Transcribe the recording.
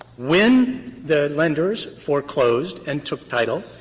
when the lenders foreclosed and took title,